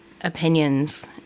opinions